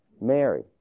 Mary